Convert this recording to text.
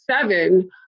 seven